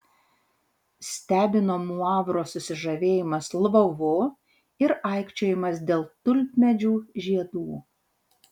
stebino muavro susižavėjimas lvovu ir aikčiojimas dėl tulpmedžių žiedų